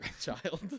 child